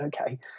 okay